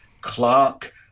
Clark